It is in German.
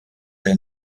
der